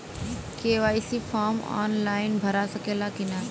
KYC form online भरा सकला की ना?